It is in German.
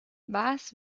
was